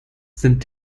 sind